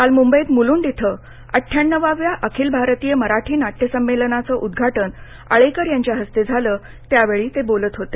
काल मुंबईत मुलुंड इथं अठ्ठ्याणवाव्या आखिल भारतीय मराठी नाट्य संमेलनाचं उदघाटन आळेकर यांच्या हस्ते झालं त्या वेळी ते बोलत होते